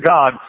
God